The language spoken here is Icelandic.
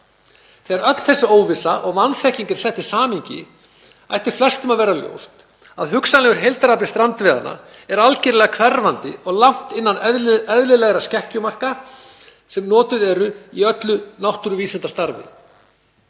Þegar öll þessi óvissa og vanþekking er sett í samhengi ætti flestum að vera ljóst að hugsanlegur heildarafli strandveiðanna er algerlega hverfandi og langt innan eðlilegra skekkjumarka sem notuð eru í öllu náttúruvísindastarfi.“